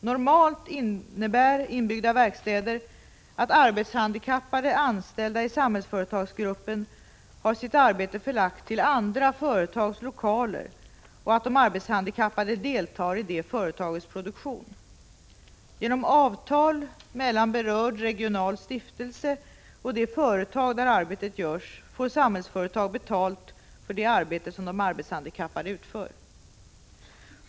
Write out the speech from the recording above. Normalt innebär inbyggda verkstäder att arbetshandikappade anställda i Samhällsföretagsgruppen har sitt arbete förlagt till andra företags lokaler och att de arbetshandikappade deltar i det företagets produktion. Genom avtal mellan berörd regional stiftelse och det företag där arbetet görs, får Samhällsföretag betalt för det arbete som de arbetshandikappade utför.